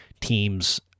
teams